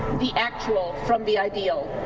the actual from the ideal.